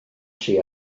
tri